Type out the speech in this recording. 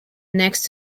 next